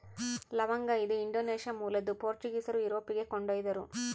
ಲವಂಗ ಇದು ಇಂಡೋನೇಷ್ಯಾ ಮೂಲದ್ದು ಪೋರ್ಚುಗೀಸರು ಯುರೋಪಿಗೆ ಕೊಂಡೊಯ್ದರು